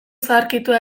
zaharkitua